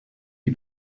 die